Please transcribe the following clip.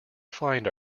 find